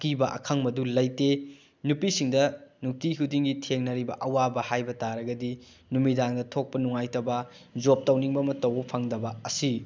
ꯑꯀꯤꯕ ꯑꯈꯪꯕꯗꯨ ꯂꯩꯇꯦ ꯅꯨꯄꯤꯁꯤꯡꯗ ꯅꯨꯡꯇꯤ ꯈꯨꯗꯤꯡꯒꯤ ꯊꯦꯡꯅꯔꯤꯕ ꯑꯋꯥꯕ ꯍꯥꯏꯕꯇꯥꯔꯒꯗꯤ ꯅꯨꯃꯤꯗꯥꯡꯗ ꯊꯣꯛꯄ ꯅꯨꯡꯉꯥꯏꯇꯕ ꯖꯣꯞ ꯇꯧꯅꯤꯡꯕ ꯑꯃ ꯇꯧꯕ ꯐꯪꯗꯕ ꯑꯁꯤ